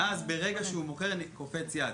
ואז, ברגע שהם מוכרים "קופץ" יד.